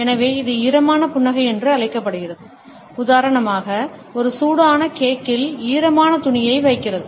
எனவே இது ஈரமான புன்னகை என்று அழைக்கப்படுகிறது உதாரணமாக ஒரு சூடான கேக்கில் ஈரமான துணியை வைக்கிறது